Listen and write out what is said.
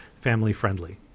family-friendly